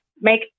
make